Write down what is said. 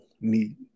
need